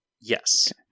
yes